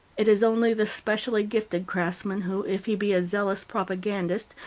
it is only the specially gifted craftsman, who, if he be a zealous propagandist,